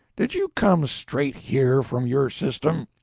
did you come straight here from your system?